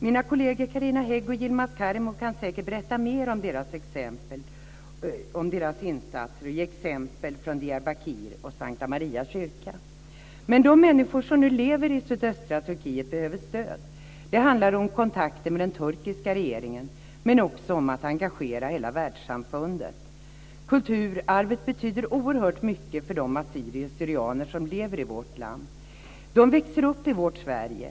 Min kollegor Carina Hägg och Yilmaz Kerimo kan säkert berätta mer om deras insatser och ge exempel från Diyarbakir och Sankta Maria kyrka. De människor som nu lever i sydöstra Turkiet behöver stöd. Det handlar om kontakter med den turkiska regeringen, men också om att engagera hela världssamfundet. Kulturarvet betyder oerhört mycket för de assyrier/syrianer som lever i vårt land. De växer upp i vårt Sverige.